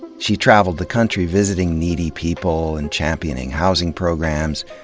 she traveled the country visiting needy people and championing housing programs.